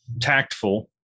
tactful